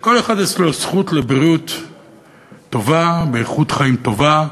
שכל אחד יש לו זכות לבריאות טובה באיכות חיים טובה,